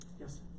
Yes